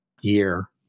year